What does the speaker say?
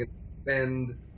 spend